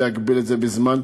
להגביל את זה בזמן.